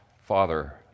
Father